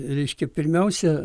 reiškia pirmiausia